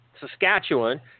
saskatchewan